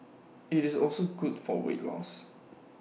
IT is also good for weight loss